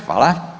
Hvala.